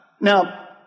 Now